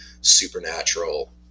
supernatural